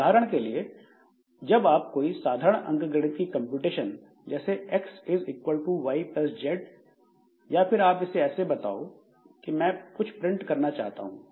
उदाहरण के लिए जब आप कोई साधारण अंकगणित की कंप्यूटेशन जैसे x is equal to y plus z या फिर आप इसे यह बताओ कि मैं एक प्रिंट करना चाहता हूं